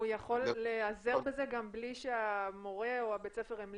הוא יכול להיעזר בזה גם בלי המלצת המורה או בית הספר?